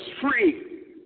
free